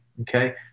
Okay